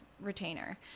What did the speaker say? retainer